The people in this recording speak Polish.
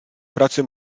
pracy